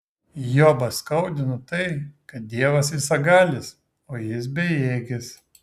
jobą skaudina tai kad dievas visagalis o jis bejėgis